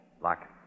Lock